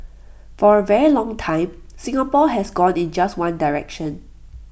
for A very long time Singapore has gone in just one direction